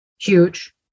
huge